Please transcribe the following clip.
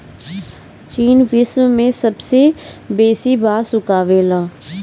चीन विश्व में सबसे बेसी बांस उगावेला